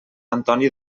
antoni